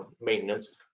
maintenance